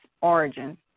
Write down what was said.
origin